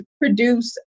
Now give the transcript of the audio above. produce